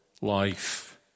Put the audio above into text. life